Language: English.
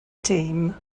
team